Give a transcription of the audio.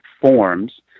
forms